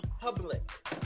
public